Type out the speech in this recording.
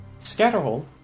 Scatterhole